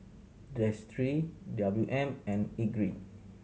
Destry W M and Ingrid